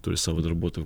turi savo darbuotojų